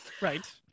Right